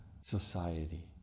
society